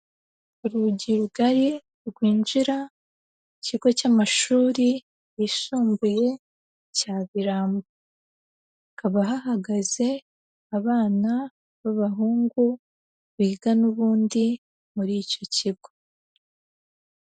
Urugi rugari rwinjira mu kigo cy'amashuri yisumbuye cya Birambo, hakaba hahagaze abana b'abahungu biga n'ubundi muri icyo kigo